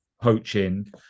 poaching